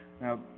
Now